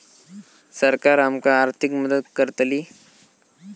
सरकार आमका आर्थिक मदत करतली?